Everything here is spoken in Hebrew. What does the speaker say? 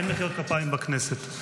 אין מחיאות כפיים בכנסת,